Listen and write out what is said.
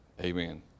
Amen